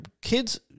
kids